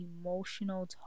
emotional